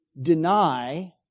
deny